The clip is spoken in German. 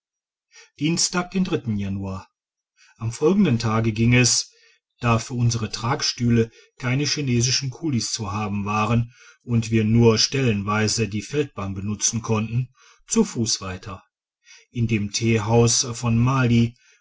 dienstag den januar am folgenden tage ging es da für unsere tragstühle keine chinesischen kulis zu haben waren und wir nur stellenweise die feldbahn benutzen konnten zu fuss weiter in dem theehaus von